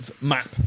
map